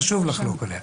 חשוב לחלוק עליה.